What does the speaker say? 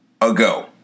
ago